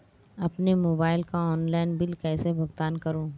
अपने मोबाइल का online bill कैसे भुगतान करूं?